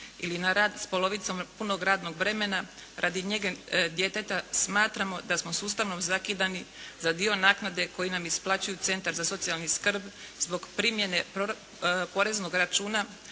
rad s polovicom punog radnog vremena radi njege djeteta smatramo da smo sustavno zakidani za dio naknade koji nam isplaćuju centar za socijalnu skrb zbog primjene poreznog računa